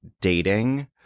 dating